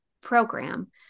program